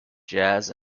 jazz